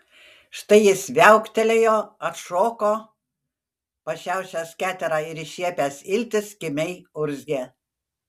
štai jis viauktelėjo atšoko pa šiaušęs keterą ir iššiepęs iltis kimiai urzgė